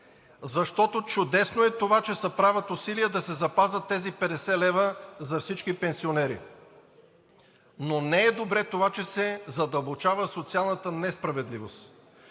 Защото чудесно е това, че се правят усилия да се запазят тези 50 лв. за всички пенсионери, но не е добре това, че се задълбочава социалната несправедливост.